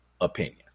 opinion